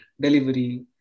Delivery